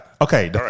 Okay